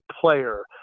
player